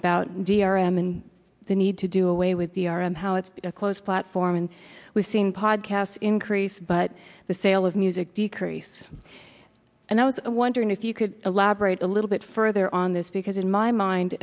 about d r m and the need to do away with the r m how it's a closed platform and we've seen podcasts increase but the sale of music decrease and i was wondering if you could elaborate a little bit further on this because in my mind